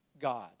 God